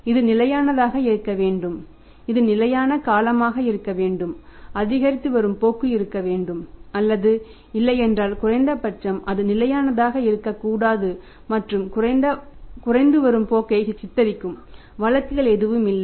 இது நிலையானதாக இருக்க வேண்டும் இது நிலையான காலமாக இருக்க வேண்டும் அதிகரித்து வரும் போக்கு இருக்க வேண்டும் அல்லது இல்லை என்றால் குறைந்த பட்சம் அது நிலையானதாக இருக்கக்கூடாது மற்றும் குறைந்து வரும் போக்கை சித்தரிக்கும் வழக்குகள் எதுவும் இல்லை